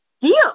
deal